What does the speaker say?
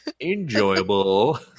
Enjoyable